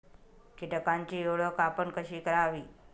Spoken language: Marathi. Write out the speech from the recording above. कीटकांची ओळख आपण कशी करावी?